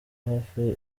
hafi